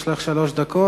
יש לך שלוש דקות.